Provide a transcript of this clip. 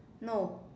no